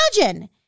imagine